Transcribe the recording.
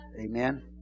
Amen